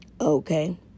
Okay